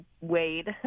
wade